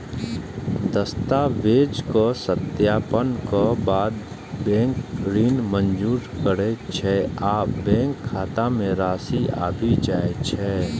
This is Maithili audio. दस्तावेजक सत्यापनक बाद बैंक ऋण मंजूर करै छै आ बैंक खाता मे राशि आबि जाइ छै